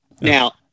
Now